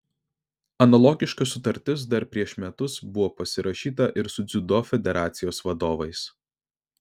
analogiška sutartis dar prieš metus buvo pasirašyta ir su dziudo federacijos vadovais